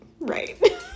right